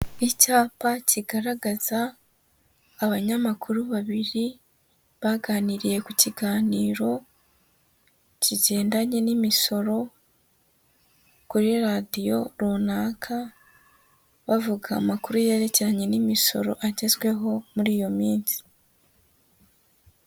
Icyapa kigaragaza abanyamakuru babiri baganiriye ku kiganiro kigendanye n'imisoro kuri radiyo runaka, bavuga amakuru yerekeranye n'imisoro agezweho muri iyo minsi.